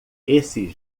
esses